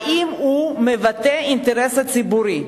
האם הוא מבטא אינטרס ציבורי?